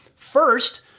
First